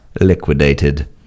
liquidated